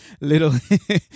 little